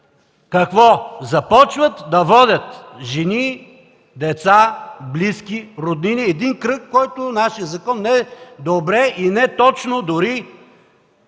какво? – Започват да водят жени, деца, близки, роднини. Един кръг, който нашият закон недобре и неточно дори